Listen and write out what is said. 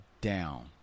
down